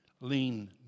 Lean